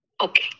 Okay